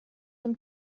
dem